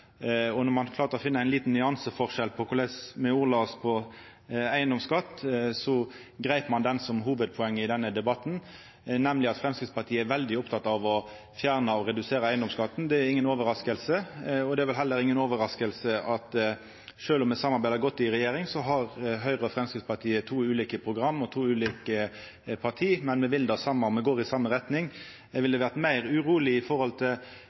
periode. Når ein klarte å finna ein liten nyanseforskjell på korleis me ordla oss om eigedomsskatt, greip ein dette som hovudpoeng i denne debatten, nemleg at Framstegspartiet er veldig opptatt av å fjerna og redusera eigedomsskatten. Det er inga overrasking. Det er vel heller inga overrasking at sjølv om me samarbeider godt i regjering, har Høgre og Framstegspartiet to ulike program og er to ulike parti, men me vil det same, og me går i same retning. Eg ville ha vore meir uroleg